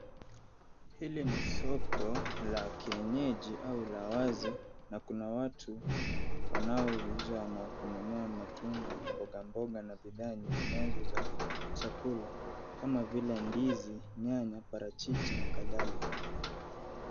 Hili ni soko la kienyeji au la wazi na kuna watu wanaouza na kununua matunda, mbogamboga na bidhaa nyinginezo za chakula kama vile ndizi, nyanya, parachichi na kadhalika.